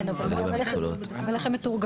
כן, אבל איך הן מתורגמות?